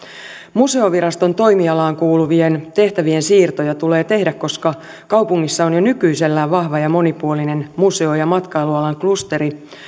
museoviraston toimialaan kuuluvien tehtävien siirtoja tulee tehdä koska kaupungissa on jo nykyisellään vahva ja monipuolinen museo ja matkailualan klusteri